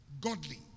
Godly